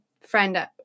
friend